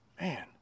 man